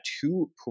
two